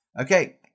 Okay